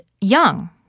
young